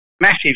massive